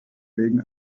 wegen